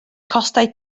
costau